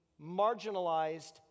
marginalized